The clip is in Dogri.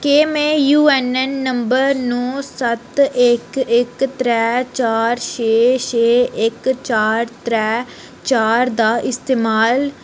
केह् में यू ऐन ऐन नम्बर नो सत्त इक इक त्रै चार छे छे इक चार त्रै चार दा इस्तेमाल करियै